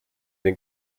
den